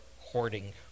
hoarding